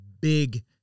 big